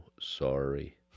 sorry